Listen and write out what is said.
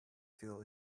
feel